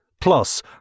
Plus